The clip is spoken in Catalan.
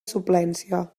suplència